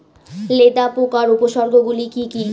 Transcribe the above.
লেদা পোকার উপসর্গগুলি কি কি?